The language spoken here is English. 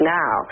now